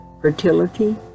fertility